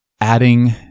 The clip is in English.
adding